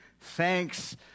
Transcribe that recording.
Thanks